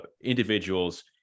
individuals